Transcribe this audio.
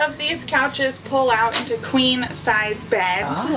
um these couches pull out into queen sized beds.